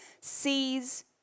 sees